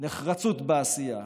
נחרצות בעשייה